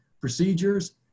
procedures